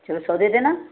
चलो सौ दे देना